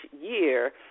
year